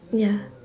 ya